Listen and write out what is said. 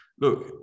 Look